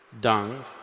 dung